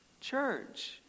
church